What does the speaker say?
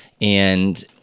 and-